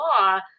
law